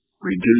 reduce